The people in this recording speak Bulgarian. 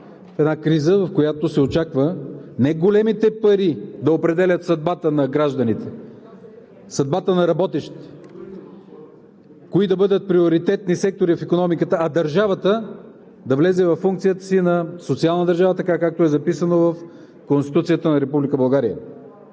една криза, в която се очаква не големите пари да определят съдбата на гражданите, съдбата на работещите, кои да бъдат приоритетни сектори в икономиката, а държавата да влезе във функциите си на социална държава, така както е записано в Конституцията на